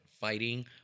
fighting